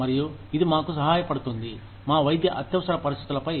మరియు ఇది మాకు సహాయపడుతుంది మా వైద్య అత్యవసర పరిస్థితులపై పోటు